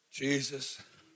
Jesus